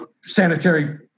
sanitary